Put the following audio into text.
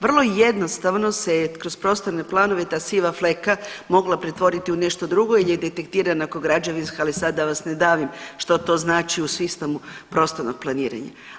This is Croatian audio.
Vrlo jednostavno se je kroz prostorne planove ta siva fleka mogla pretvoriti u nešto drugo jer je detektirana ko građevinska ali sad da vas ne davim što to znači u sistemu prostornog planiranja.